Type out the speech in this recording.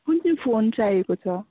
कुन चाहिँ फोन चाहिएको छ